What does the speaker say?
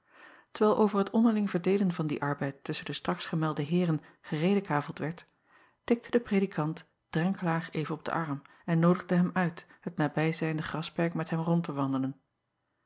erwijl over het onderling verdeelen van dien arbeid tusschen de straks gemelde eeren geredekaveld werd tikte de predikant renkelaer even op den arm en noodigde hem uit het nabijzijnde grasperk met hem rond te wandelen